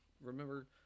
Remember